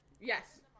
yes